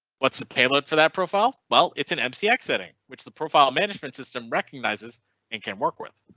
what's the payload for that profile? well, it's an um so mcx setting which the profile management system recognizes and can work with.